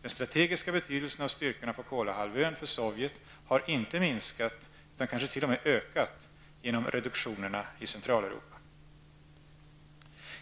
Den strategiska betydelsen av styrkorna på Kolahalvön för Sovjet har inte minskat utan kanske t.o.m. ökat genom reduktionerna i Centraleuropa.